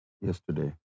yesterday